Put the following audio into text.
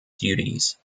duties